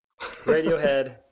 Radiohead